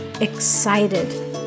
excited